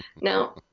now